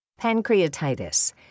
Pancreatitis